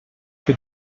que